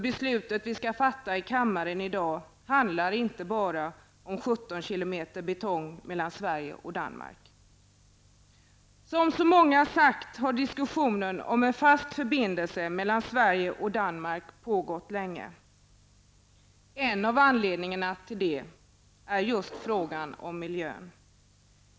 Beslutet som vi skall fatta i kammaren i dag handlar inte bara om 17 km betong mellan Sverige och Danmark. Som så många har sagt har diskussionen om en fast förbindelse mellan Sverige och Danmark pågått länge. En av anledningarna är just frågan om miljön.